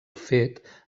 fet